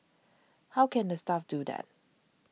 how can the staff do that